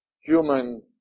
human